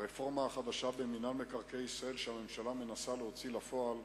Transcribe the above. הרפורמה החדשה במינהל מקרקעי ישראל שהממשלה מנסה להוציא לפועל,